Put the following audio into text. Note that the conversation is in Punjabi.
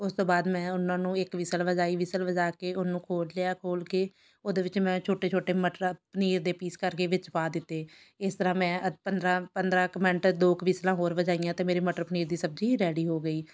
ਉਸ ਤੋਂ ਬਾਅਦ ਮੈਂ ਉਹਨਾਂ ਨੂੰ ਇੱਕ ਵਿਸਲ ਵਜਾਈ ਵਿਸਲ ਵਜਾ ਕੇ ਉਹਨੂੰ ਖੋਲ ਲਿਆ ਖੋਲ ਕੇ ਉਹਦੇ ਵਿੱਚ ਮੈਂ ਛੋਟੇ ਛੋਟੇ ਮਟਰਾਂ ਪਨੀਰ ਦੇ ਪੀਸ ਕਰਕੇ ਵਿੱਚ ਪਾ ਦਿੱਤੇ ਇਸ ਤਰ੍ਹਾਂ ਮੈਂ ਪੰਦਰਾਂ ਪੰਦਰਾਂ ਕੁ ਮਿੰਟ ਦੋ ਕੁ ਵਿਸਲਾਂ ਹੋਰ ਵਜਾਈਆਂ ਅਤੇ ਮੇਰੇ ਮਟਰ ਪਨੀਰ ਦੀ ਸਬਜ਼ੀ ਰੈਡੀ ਹੋ ਗਈ